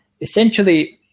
essentially